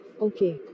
Okay